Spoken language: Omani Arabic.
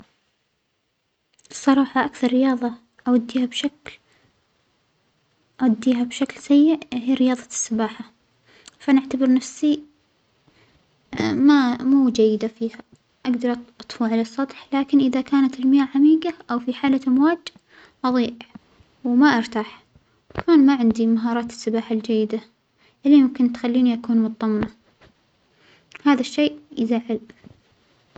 الصراحة أكثر رياضة أؤديها بشكل-أؤديها بشكل سئ هى رياضة السباحة، فأنا أعتبر نفسى مو جيدة فيها، أقدر أط-أطفو على السطح لكن إذا كانت المياة عميقة أو في حالة أمواج أضيع وما أرتاح، بكون ما عندي مهارات للسباحة الجيدة اللى يمكن تخلينى أكون مطمنة، هذا الشيء يزعل.